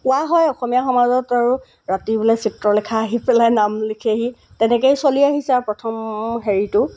কোৱা হয় অসমীয়া সমাজত আৰু ৰাতি বোলে চিত্ৰলেখা আহি পেলাই নাম লিখেহি তেনেকৈয়ে চলি আহিছে আৰু প্ৰথম হেৰিটো